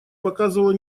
показывало